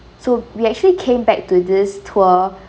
so we actually came back to this tour